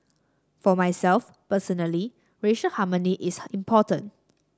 for myself personally racial harmony is important